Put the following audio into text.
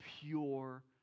pure